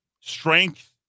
Strength